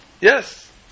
Yes